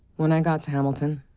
when i got to hamilton,